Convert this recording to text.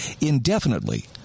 indefinitely